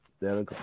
That'll